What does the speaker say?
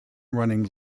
running